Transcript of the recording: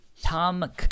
Tom